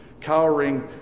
cowering